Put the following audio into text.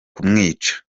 kumwica